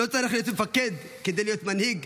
לא צריך להיות מפקד כדי להיות מנהיג